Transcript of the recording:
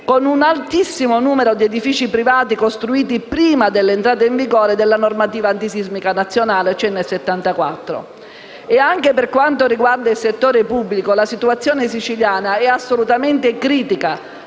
con un elevatissimo numero di edifici costruiti prima dell'entrata in vigore della normativa antisismica nazionale, nel 1974. E, anche per quanto riguarda il settore pubblico, la situazione siciliana è assolutamente critica,